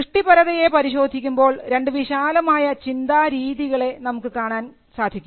സൃഷ്ടിപരതയെ പരിശോധിക്കുമ്പോൾ രണ്ടു വിശാലമായ ചിന്താ രീതികളെ നമുക്ക് കാണാം